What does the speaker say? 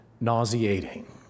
nauseating